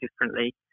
differently